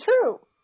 true